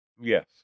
yes